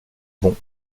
bon